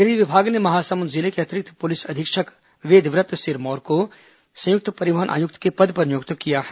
गृह विभाग ने महासमुंद जिले के अतिरिक्त पुलिस अधीक्षक वेदव्रत सिरमौर को संयुक्त परिवहन आयुक्त के पद पर नियुक्त किया है